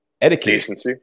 etiquette